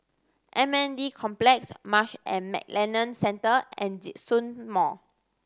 M N D Complex Marsh and McLennan Centre and Djitsun Mall